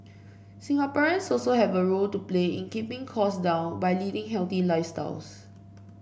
Singaporeans also have a role to play in keeping costs down by leading healthy lifestyles